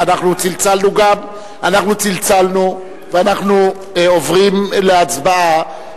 אנחנו צלצלנו ואנחנו עוברים להצבעה,